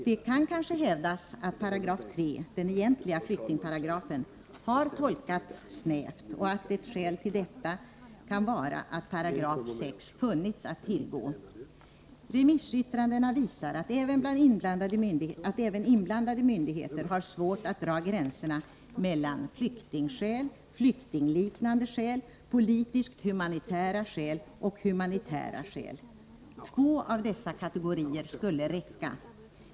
Det kan kanske hävdas att 3 §, den egentliga flyktingparagrafen, har tolkats snävt, och ett skäl till detta kan vara att 6 § funnits att tillgå. Remissyttrandena visar att även inblandade myndigheter har svårt att dra gränserna mellan flyktingskäl, flyktingliknande skäl, politiskt-humanitära skäl och humanitära skäl. Två av dessa kategorier skulle räcka.